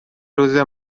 روزه